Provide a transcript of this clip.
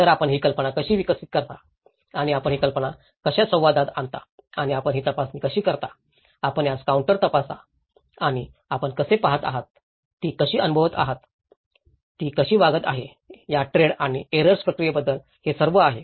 तर आपण ही कल्पना कशी विकसित करता आणि आपण ही कल्पना कशा संवादात आणता आणि आपण ही तपासणी कशी करता आपण यास काउंटर तपासता आणि आपण कसे पहात आहात ती कशी अनुभवत आहे ती कशी वागत आहे या ट्रेड आणि एर्रर्र प्रक्रियेबद्दल हे सर्व आहे